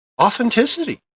authenticity